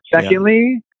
Secondly